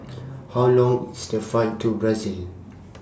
How Long IS The Flight to Brazil